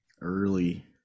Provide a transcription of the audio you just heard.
Early